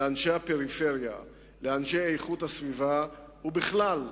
לאנשי הפריפריה, לאנשי איכות הסביבה ובכלל לכולנו,